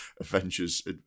Avengers